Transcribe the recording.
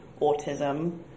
autism